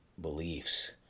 beliefs